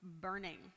burning